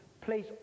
place